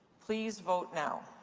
please vote now.